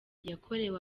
yakorewe